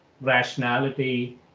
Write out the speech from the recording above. rationality